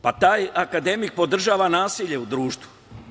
Pa, taj akademik podržava nasilje u društvu.